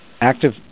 Active